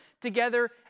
together